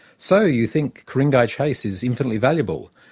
so, you think ku-ring-gai chase is infinitely valuable.